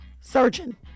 surgeon